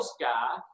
guy